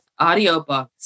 audiobooks